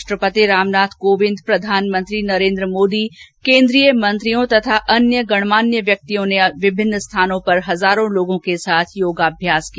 राष्ट्रपति रामनाथ कोविंद प्रधानमंत्री नरेन्द्र मोदी केंद्रीय मंत्रियों तथा अन्य गणमान्य व्यक्तियों ने विभिन्न स्थानों पर हजारों लोगों के साथ योगाभ्यास किया